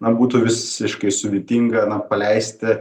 na būtų visiškai sudėtinga paleisti